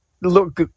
look